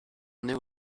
knew